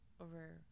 over